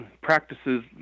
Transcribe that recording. practices